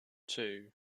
two